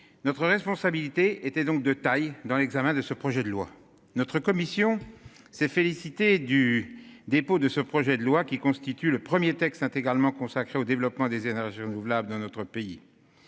Notre responsabilité était donc de taille dans l'examen de ce projet de loi notre commission s'est félicité du dépôt de ce projet de loi qui constitue le 1er texte intégralement consacré au développement des énergies renouvelables dans notre pays.